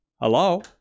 hello